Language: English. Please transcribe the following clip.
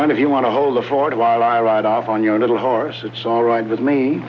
line if you want to hold the fort while i ride off on your little horse it's all right with me